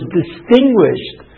distinguished